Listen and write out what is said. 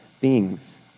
beings